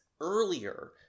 earlier